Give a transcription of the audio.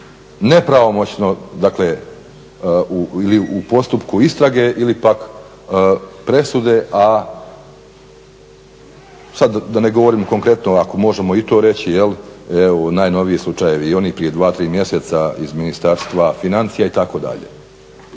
nepravomoćno ili u postupku istrage ili pak presude, a sad da ne govorim konkretno. Ali možemo i to reći evo najnoviji slučajevi i oni prije dva, tri mjeseca iz Ministarstva financija itd. Dakle,